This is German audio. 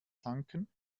tanken